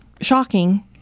shocking